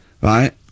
right